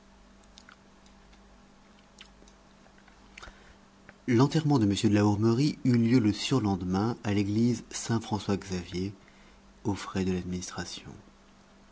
l'enterrement de m de la hourmerie eut lieu le surlendemain à l'église saint françois xavier aux frais de l'administration